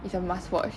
it's a must watch